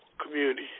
community